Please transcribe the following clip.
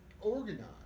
organized